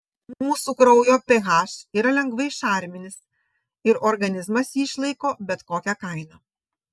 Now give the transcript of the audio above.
mūsų kraujo ph yra lengvai šarminis ir organizmas jį išlaiko bet kokia kaina